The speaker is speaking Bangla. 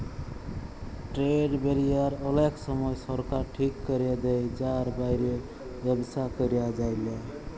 ট্রেড ব্যারিয়ার অলেক সময় সরকার ঠিক ক্যরে দেয় যার বাইরে ব্যবসা ক্যরা যায়লা